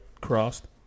Crossed